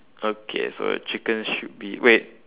okay so chicken should be wait